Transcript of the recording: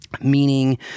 Meaning